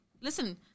Listen